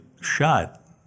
shot